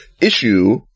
issue